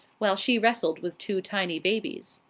while she wrestled with two tiny babies.